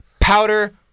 powder